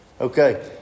Okay